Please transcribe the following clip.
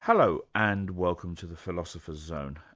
hello, and welcome to the philosopher's zone.